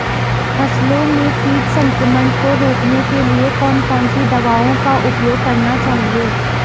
फसलों में कीट संक्रमण को रोकने के लिए कौन कौन सी दवाओं का उपयोग करना चाहिए?